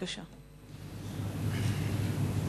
ההצעה להעביר